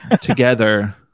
together